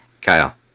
kyle